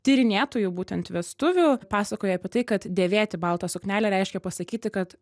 tyrinėtojų būtent vestuvių pasakoja apie tai kad dėvėti baltą suknelę reiškia pasakyti kad